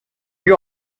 you